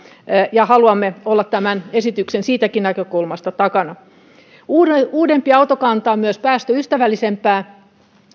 ja haluamme olla tämän esityksen takana siitäkin näkökulmasta uudempi autokanta on myös päästöystävällisempää